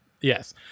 Yes